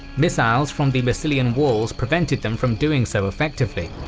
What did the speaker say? missiles from the massilian walls prevented them from doing so effectively.